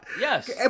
Yes